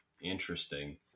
interesting